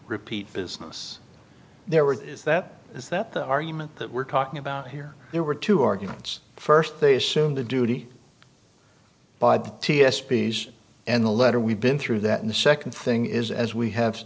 repeat business there were is that is that the argument that we're talking about here there were two arguments first they assume the duty by the t s p and the letter we've been through that and the second thing is as we have